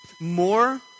more